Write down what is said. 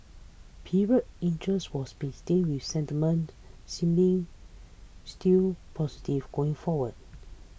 period interest was maintained with sentiment seemingly still positive going forward